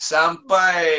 Sampai